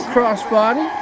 Crossbody